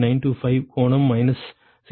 925 கோணம் மைனஸ் 68